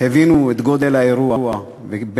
הבינו את גודל האירוע ואת